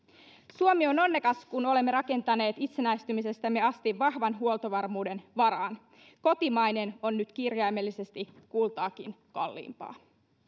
suomi on onnekas kun olemme rakentaneet itsenäistymisestämme asti vahvan huoltovarmuuden varaan kotimainen on nyt kirjaimellisesti kultaakin kalliimpaa